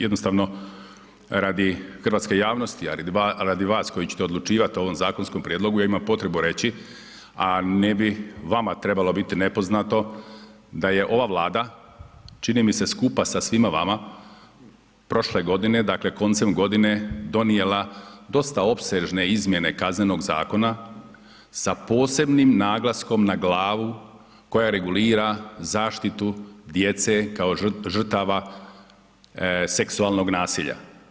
Jednostavno radi hrvatske javnosti a i radi vas koji ćete odlučivati o ovom zakonskom prijedlogu ja imam potrebu reći a ne bih vama trebalo biti nepoznato da je ova Vlada čini mi se skupa sa svima vama, prošle godine, dakle koncem godine donijela dosta opsežne izmjene Kaznenog zakona sa posebnim naglaskom na glavu koja regulira zaštitu djece kao žrtava seksualnog nasilja.